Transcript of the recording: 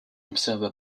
observa